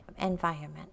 environment